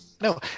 No